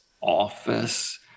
office